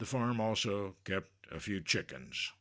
the farm also kept a few chickens